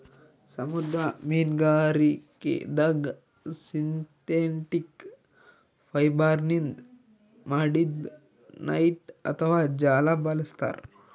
ಸಮುದ್ರ ಮೀನ್ಗಾರಿಕೆದಾಗ್ ಸಿಂಥೆಟಿಕ್ ಫೈಬರ್ನಿಂದ್ ಮಾಡಿದ್ದ್ ನೆಟ್ಟ್ ಅಥವಾ ಜಾಲ ಬಳಸ್ತಾರ್